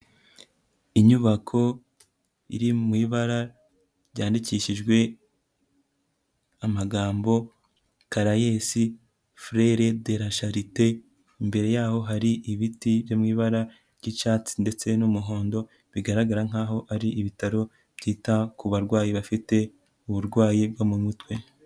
Inyubako iri mu ibara ryandikishijwe amagambo CARAES Frere de la Chalite, imbere yaho hari ibiti byo mu ibara ry'icyatsi ndetse n'umuhondo, bigaragara nkaho ari ibitaro byita ku barwayi bafite uburwayi bwo mu mutwe.